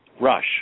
rush